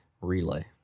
Relay